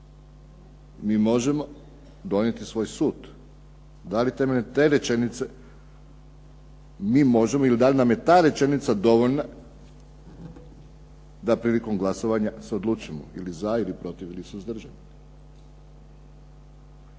mi možemo donijeti svoj sud? Da li temeljem te rečenice mi možemo ili da li nam je ta rečenica dovoljna da prilikom glasovanja se odlučimo ili za ili protiv ili suzdržano?